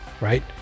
right